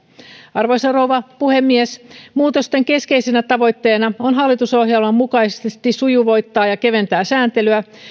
arvoisa rouva puhemies muutosten keskeisenä tavoitteena on hallitusohjelman mukaisesti sujuvoittaa ja keventää sääntelyä